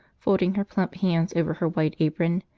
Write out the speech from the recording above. folding her plump hands over her white apron.